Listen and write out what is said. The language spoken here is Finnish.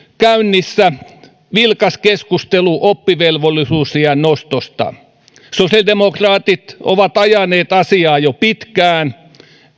käynnissä vilkas keskustelu oppivelvollisuusiän nostosta sosiaalidemokraatit ovat ajaneet asiaa jo pitkään